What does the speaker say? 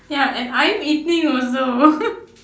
ya and I'm eating also